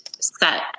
set